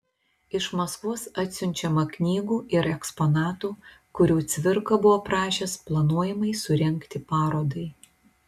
iš maskvos atsiunčiama knygų ir eksponatų kurių cvirka buvo prašęs planuojamai surengti parodai